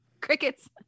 crickets